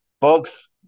Folks